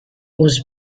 was